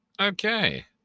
Okay